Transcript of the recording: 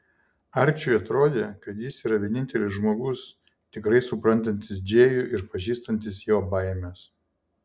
arčiui atrodė kad jis yra vienintelis žmogus tikrai suprantantis džėjų ir pažįstantis jo baimes